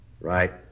Right